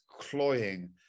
cloying